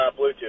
Bluetooth